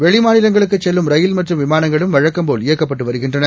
வெளி மாநிலங்களுக்குச் செல்லும் ரயில் மற்றும் விமாளங்களும் வழக்கம்போல் இயக்கப்பட்டு வருகின்றன